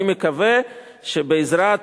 אני מקווה שבעזרת